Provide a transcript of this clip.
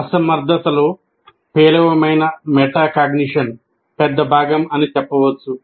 అసమర్థతలో పేలవమైన మెటాకాగ్నిషన్ పెద్ద భాగం అని చెప్పవచ్చు